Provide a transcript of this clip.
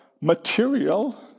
material